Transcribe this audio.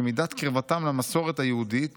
שמידת קרבתם למסורת היהודית